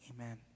Amen